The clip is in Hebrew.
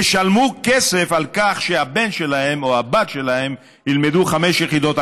ישלמו כסף על כך שהבן שלהם או הבת שלהם ילמדו חמש יחידות אנגלית,